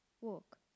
walk